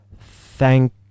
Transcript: Thank